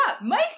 Mike